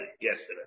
yesterday